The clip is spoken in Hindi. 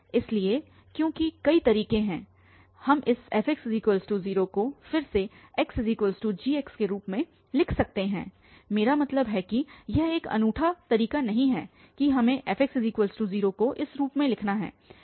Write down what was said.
इसलिए क्योंकि कई तरीके हैं हम इस fx 0 को फिर से xgx के रूप में लिख सकते हैं मेरा मतलब है कि यह एक अनूठा तरीका नहीं है कि हमें fx 0 को इस रूप में लिखना है